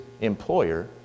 employer